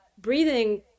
breathing